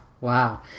wow